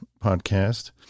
podcast